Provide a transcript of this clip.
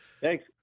Thanks